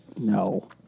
No